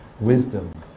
wisdom